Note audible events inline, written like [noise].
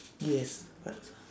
yes [noise]